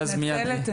אני מתנצלת,